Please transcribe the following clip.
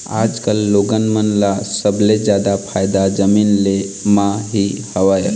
आजकल लोगन मन ल सबले जादा फायदा जमीन ले म ही हवय